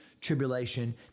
Tribulation